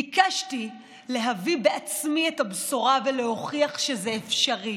ביקשתי להביא בעצמי את הבשורה ולהוכיח שזה אפשרי,